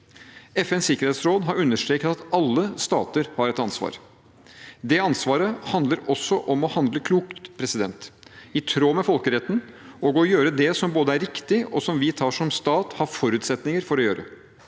FNs sikkerhetsråd har understreket at alle stater har et ansvar. Det ansvaret handler også om å handle klokt, i tråd med folkeretten, og å gjøre det som både er riktig og som vi som stat har forutsetninger for å gjøre.